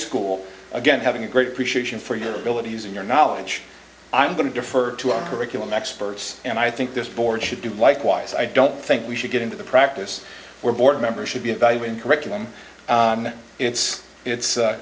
school again having a great appreciation for your ability using your knowledge i'm going to defer to our curriculum experts and i think this board should do likewise i don't think we should get into the practice where board members should be evaluated curriculum it's its